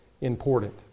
important